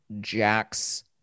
Jack's